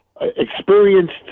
experienced